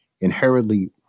inherently